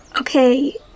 Okay